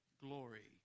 glory